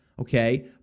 okay